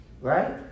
Right